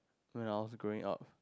when I was growing up